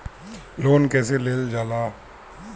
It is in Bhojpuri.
लोन कईसे लेल जाला?